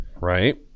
right